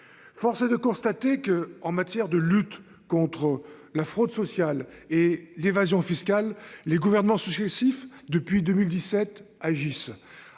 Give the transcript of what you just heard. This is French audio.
Force est de constater que, en matière de lutte contre la fraude sociale et l'évasion fiscale, les gouvernements sociaux-Cif depuis 2017, agissent